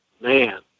man